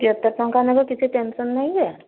କେତେ ଟଙ୍କା ନେବେ କିଛି ଟେନ୍ସନ୍ ନାହିଁ ଯେ